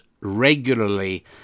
regularly